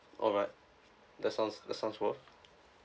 alright that sounds that sounds good